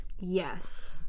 yes